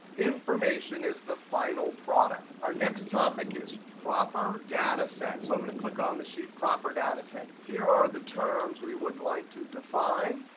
information is the final product. our next topic is proper data sets. so i'm going to click on the sheet proper data set. here are the terms we would like to define.